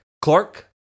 Clark